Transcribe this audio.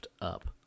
up